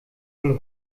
wohl